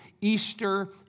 Easter